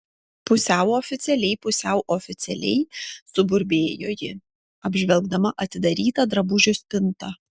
pusiau oficialiai pusiau oficialiai suburbėjo ji apžvelgdama atidarytą drabužių spintą